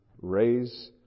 raise